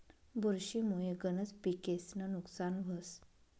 बुरशी मुये गनज पिकेस्नं नुकसान व्हस